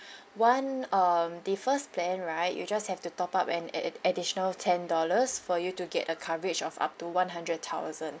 one um the first plan right you just have to top up an a~ a~ additional ten dollars for you to get a coverage of up to one hundred thousand